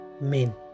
men